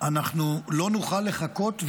אנחנו לא נוכל לחכות,